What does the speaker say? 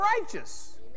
righteous